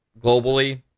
globally